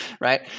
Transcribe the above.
Right